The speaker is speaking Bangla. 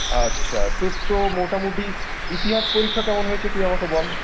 আচ্ছা তোর তো মোটামুটি ইতিহাস পরীক্ষা কেমন হয়েছে তুই আমাকে বল